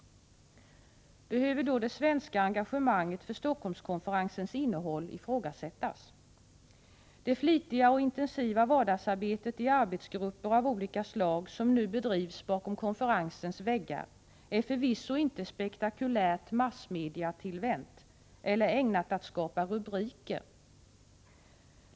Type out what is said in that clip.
Behöver då det svenska engagemanget för Stockholmskonferensens innehåll ifrågasättas? Det flitiga och intensiva vardagsarbetet i arbetsgrupper av olika slag som nu bedrivs bakom konferensens väggar är förvisso inte spektakulärt massmediatillvänt eller ägnat att skapa rubriker.